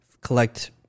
collect